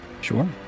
Sure